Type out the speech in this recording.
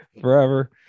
forever